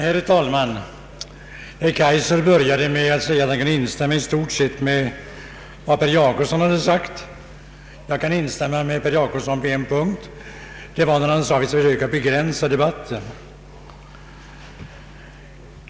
Herr talman! Herr Kaijser började med att säga att han kunde i stort sett instämma med vad herr Per Jacobsson hade anfört. Jag kan instämma med herr Jacobsson på en punkt, nämligen när han sade att vi skall försöka begränsa debatten.